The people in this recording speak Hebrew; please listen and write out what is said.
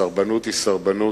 סרבנות היא סרבנות,